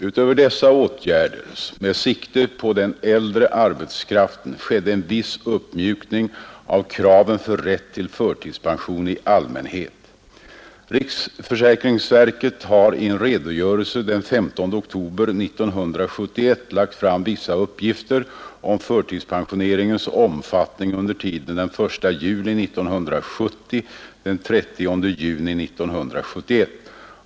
Utöver dessa åtgärder med sikte på den äldre arbetskraften skedde en viss uppmjukning av kraven för rätt till förtidspension i allmänhet. Riksförsäkringsverket har i en redogörelse den 15 oktober 1971 lagt fram vissa uppgifter om förtidspensioneringens omfattning under tiden den 1 juli 1970 — den 30 juni 1971.